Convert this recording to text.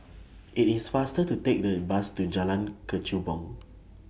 IT IS faster to Take The Bus to Jalan Kechubong